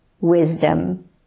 wisdom